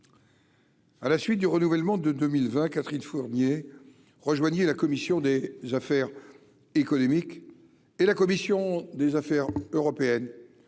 à la suite du renouvellement de 2020 Catherine Fournier, rejoignez la commission des affaires économiques et la commission des Affaires européennes,